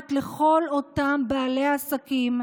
נוגעת לכל אותם בעלי עסקים,